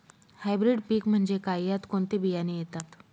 Hybrid पीक म्हणजे काय? यात कोणते बियाणे येतात?